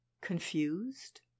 confused